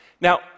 Now